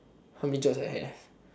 how many jobs I have